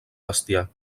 bestiar